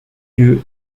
lieu